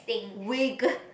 wig